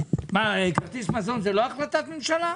כרטיס מזון זה לא החלטת ממשלה?